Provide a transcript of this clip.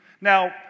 Now